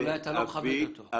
אולי אתה לא מכבד אותו.